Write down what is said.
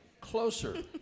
closer